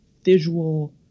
visual